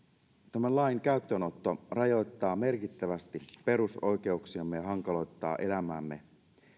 tämän lain käyttöönotto rajoittaa merkittävästi perusoikeuksiamme ja hankaloittaa elämäämme